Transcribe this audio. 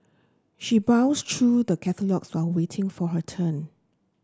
she browsed through the catalogues while waiting for her turn